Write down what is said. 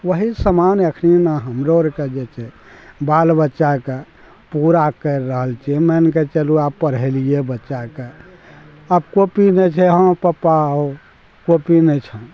ओहि समान अखन ने हमरो आरके जे छै बाल बच्चाके पूरा करि रहल छियै मानि कऽ चलू आब पढ़ेलियै बच्चाके आब काॅपी नहि छै हँ पपा हो काॅपी नहि छै